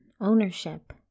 Ownership